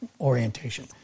orientation